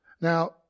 Now